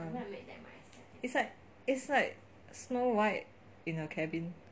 it's like it's like snow white in a cabin